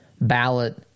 ballot